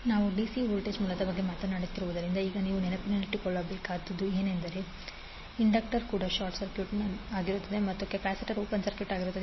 ನಾವು DC voltage ಮೂಲದ ಬಗ್ಗೆ ಮಾತನಾಡುತ್ತಿರುವುದರಿಂದ ಈಗ ನೀವು ನೆನಪಿನಲ್ಲಿಟ್ಟುಕೊಳ್ಳಬೇಕು ಎಂದರೆ ಇಂಡಕ್ಟರ್ ಕೂಡ ಶಾರ್ಟ್ ಸರ್ಕ್ಯೂಟ್ ಆಗಿರುತ್ತದೆ ಮತ್ತು ಕೆಪಾಸಿಟರ್ ಓಪನ್ ಸರ್ಕ್ಯೂಟ್ ಆಗಿರುತ್ತದೆ